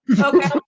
Okay